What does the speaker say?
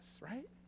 Right